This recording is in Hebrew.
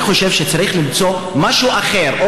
אני חושב שצריך למצוא משהו אחר,